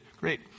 Great